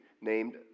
named